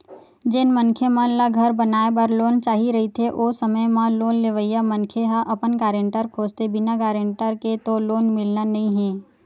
जेन मनखे मन ल घर बनाए बर लोन चाही रहिथे ओ समे म लोन लेवइया मनखे ह अपन गारेंटर खोजथें बिना गारेंटर के तो लोन मिलना नइ हे